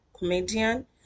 comedian